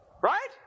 Right